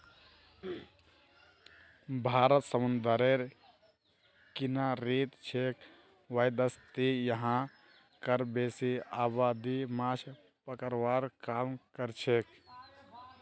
भारत समूंदरेर किनारित छेक वैदसती यहां कार बेसी आबादी माछ पकड़वार काम करछेक